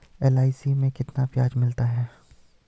LIC में कितना ब्याज मिलता है?